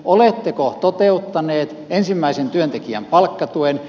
oletteko toteuttaneet ensimmäisen työntekijän palkkatuen